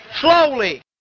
Slowly